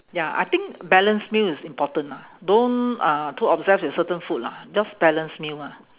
ya I think balanced meal is important lah don't uh too obsessed with certain food lah just balanced meal ah